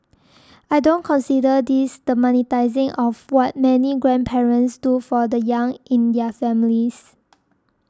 I don't consider this the monetising of what many grandparents do for the young in their families